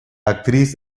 actriz